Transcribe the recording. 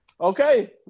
okay